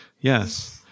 Yes